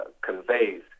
conveys